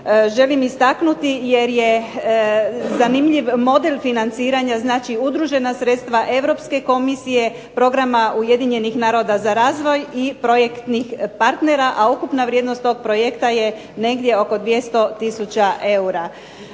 želim istaknuti jer je zanimljiv model financiranja, znači udružena sredstva Europske komisije programa Ujedinjenih naroda za razvoj i projektnih partnera, a ukupna vrijednost toga projekta je negdje oko 200 tisuća eura.